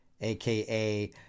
aka